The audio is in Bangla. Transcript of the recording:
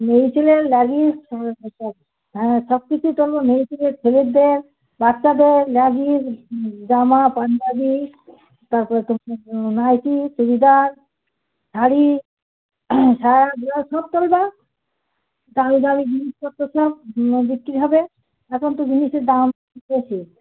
মেয়ে ছেলের লেগিংস সব হ্যাঁ সব কিছু তোলো মেয়েছেলে ছেলেদের বাচ্চাদের লেগিংস জামা পাঞ্জাবী তারপর তোমার নাইটি চুড়িদার শাড়ি সায়া ব্লাউস সব করে দাও দামী দামী জিনিসপত্র সব বিক্রি হবে এখন তো জিনিসের দাম বেশি